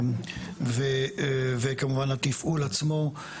וכמובן התפעול עצמו.